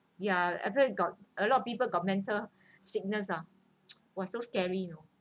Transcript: ya actually got a lot of people got mental sickness ah !wah! so scary you know